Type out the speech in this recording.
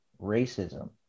racism